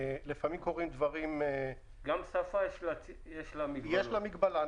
גם לשפה יש מגבלות.